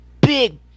big